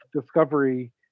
discovery